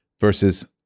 versus